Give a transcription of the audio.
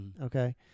Okay